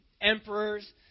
emperors